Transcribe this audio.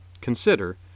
consider